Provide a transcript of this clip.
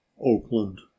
OAKLAND